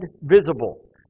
visible